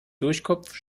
duschkopf